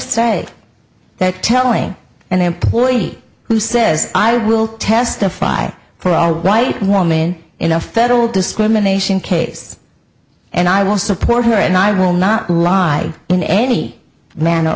say that telling an employee who says i will testify for our white woman in a federal discrimination case and i will support her and i will not lie in any manner